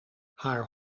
haar